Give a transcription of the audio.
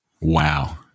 Wow